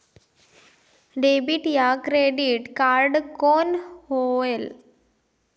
Debit या credit card कौन होएल?